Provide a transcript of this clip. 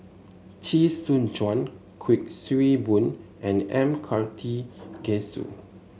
Chee Soon Juan Kuik Swee Boon and M Karthigesu